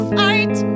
fight